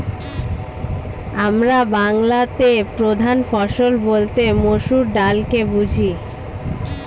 আমরা বাংলাতে প্রধান ফসল বলতে মসুর ডালকে বুঝি